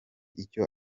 icyo